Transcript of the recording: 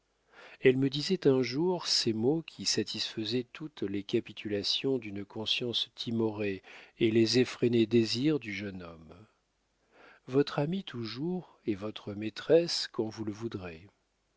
elle me disait un jour ces mots qui satisfaisaient toutes les capitulations d'une conscience timorée et les effrénés désirs du jeune homme votre amie toujours et votre maîtresse quand vous le voudrez